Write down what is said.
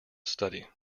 study